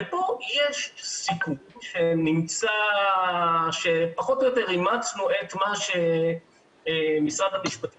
ופה יש סיכום שפחות או יותר אימצנו את מה שמשרד המשפטים